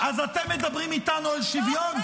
אז אתם מדברים איתנו על שוויון?